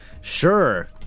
Sure